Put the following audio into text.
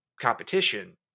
competition